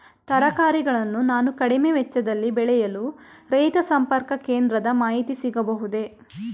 ತರಕಾರಿಗಳನ್ನು ನಾನು ಕಡಿಮೆ ವೆಚ್ಚದಲ್ಲಿ ಬೆಳೆಯಲು ರೈತ ಸಂಪರ್ಕ ಕೇಂದ್ರದ ಮಾಹಿತಿ ಸಿಗಬಹುದೇ?